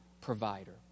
provider